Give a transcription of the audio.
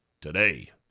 today